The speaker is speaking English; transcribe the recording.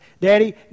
Daddy